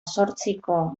zortziko